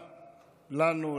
לנו,